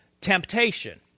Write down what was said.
temptation